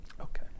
Okay